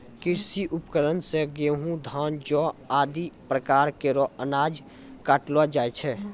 कृषि उपकरण सें गेंहू, धान, जौ आदि प्रकार केरो अनाज काटलो जाय छै